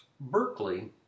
Berkeley